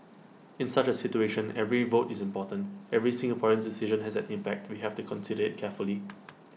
in such A situation every vote is important every Singaporean's decision has an impact we have to consider IT carefully